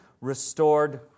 restored